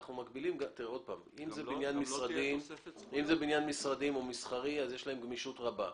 אם זה בניין משרדים או מסחרי, יש להם גמישות רבה.